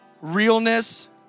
realness